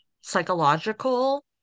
psychological